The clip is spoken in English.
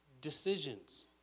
decisions